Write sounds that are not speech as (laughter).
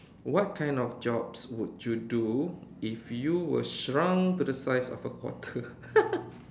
what kind of jobs would you do if you were shrunk to the size of a quarter (laughs)